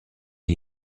gli